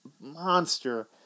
monster